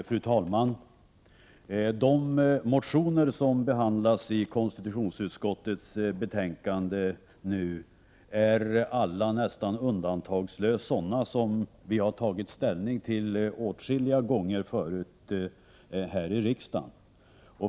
Fru talman! De motioner som behandlas i konstitutionsutskottets betänkande är nästan undantagslöst sådana som vi har tagit ställning till åtskilliga gånger förut här i riksdagen.